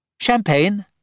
Champagne